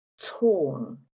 torn